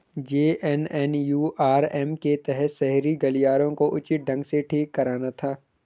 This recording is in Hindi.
जे.एन.एन.यू.आर.एम के तहत शहरी गलियारों को उचित ढंग से ठीक कराना था